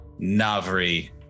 Navri